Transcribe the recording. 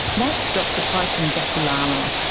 that's dr paison dakulala,